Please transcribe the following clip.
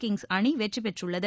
Kings அணிவெற்றிபெற்றுள்ளது